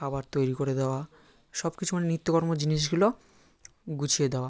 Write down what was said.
খাবার তৈরি করে দেওয়া সব কিছু মানে নিত্য কর্মর জিনিসগুলো গুছিয়ে দেওয়া